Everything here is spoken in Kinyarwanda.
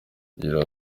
kugira